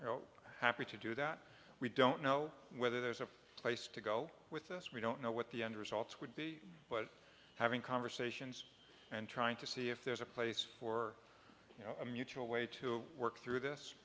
you know happy to do that we don't know whether there's a place to go with us we don't know what the end results would be but having conversations and trying to see if there's a place for you know a mutual way to work through this